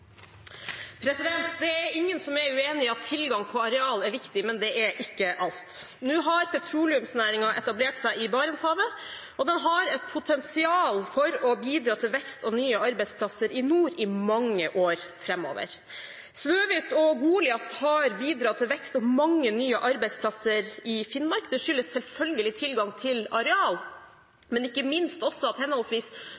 er ingen som er uenig i at tilgangen på areal er viktig, men det er ikke alt. Nå har petroleumsnæringen etablert seg i Barentshavet, og den har et potensial for å bidra til vekst og nye arbeidsplasser i nord i mange år framover. Snøhvit og Goliat har bidratt til vekst og mange nye arbeidsplasser i Finnmark. Det skyldes selvfølgelig tilgang